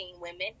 women